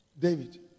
David